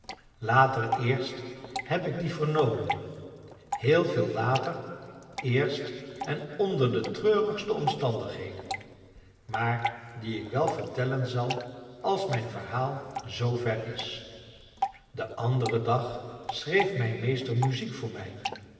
later eerst heb ik die vernomen heel veel later eerst en onder de treurigste omstandigheden maar die ik wel vertellen zal als mijn verhaal zoover is den anderen dag schreef mijn meester muziek voor mij